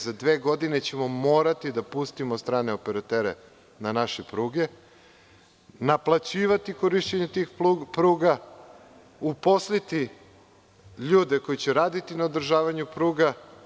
Za dve godine ćemo morati da pustimo strane operatere na naše pruge, naplaćivati korišćenje tih pruga, uposliti ljude koji će raditi na održavanju pruga.